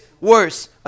worse